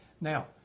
Now